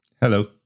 Hello